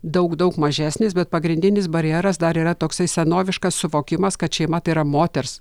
daug daug mažesnis bet pagrindinis barjeras dar yra toksai senoviškas suvokimas kad šeima tai yra moters